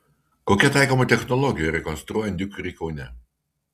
kokia taikoma technologija rekonstruojant diukerį kaune